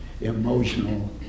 emotional